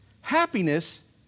happiness